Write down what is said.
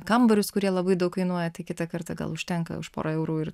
kambarius kurie labai daug kainuoja tai kitą kartą gal užtenka už porą eurų ir